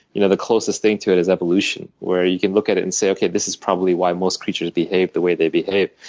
you know the closest thing to it is evolution, where you can look at it and say this is probably why most creatures behave the way they behave.